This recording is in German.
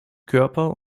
körper